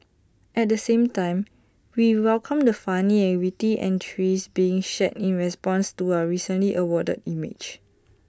at the same time we welcome the funny and witty entries being shared in response to our recently awarded image